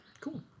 Cool